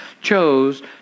chose